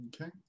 Okay